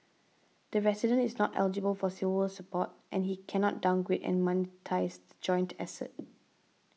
the resident is not eligible for Silver Support and he cannot downgrade and monetise the joint asset